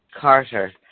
Carter